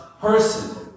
person